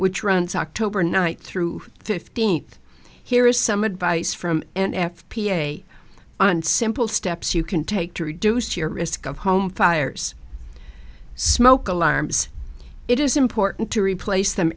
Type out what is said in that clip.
which runs october night through fifteenth here is some advice from an f p g a on simple steps you can take to reduce your risk of home fires smoke alarms it is important to replace them